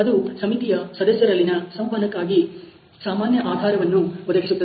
ಅದು ಸಮಿತಿಯ ಸದಸ್ಯರಲ್ಲಿನ ಸಂವಹನಕ್ಕಾಗಿ ಸಾಮಾನ್ಯ ಆಧಾರವನ್ನು ಒದಗಿಸುತ್ತದೆ